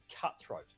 cutthroat